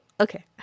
Okay